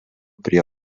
prie